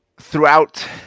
throughout